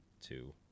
two